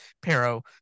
Pero